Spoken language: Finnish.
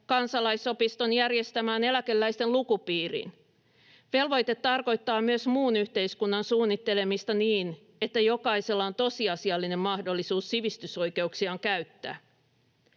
kansalaisopiston järjestämään eläkeläisten lukupiiriin. Velvoite tarkoittaa myös muun yhteiskunnan suunnittelemista niin, että jokaisella on tosiasiallinen mahdollisuus sivistysoikeuksiaan käyttää.